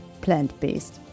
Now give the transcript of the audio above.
plant-based